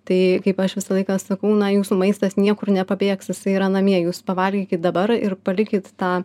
tai kaip aš visą laiką sakau na jūsų maistas niekur nepabėgs jisai yra namie jūs pavalgykit dabar ir palikit tą